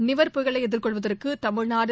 நிவர் புயலை எதிர்கொள்வதற்கு தமிழ்நாடு